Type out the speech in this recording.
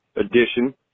edition